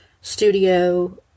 studio